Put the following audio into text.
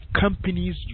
companies